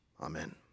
Amen